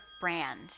brand